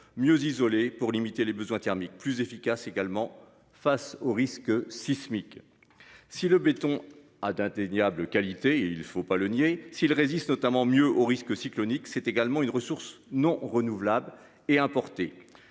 mieux isoler pour limiter les besoins thermiques plus efficace également. Face au risque sismique. Si le béton a d'indéniables qualités et il ne faut pas le nier s'il résiste notamment mieux au risque cyclonique c'est également une ressource non renouvelable et.